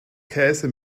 käse